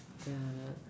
ya